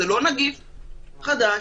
זה לא נגיף חדש,